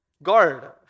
guard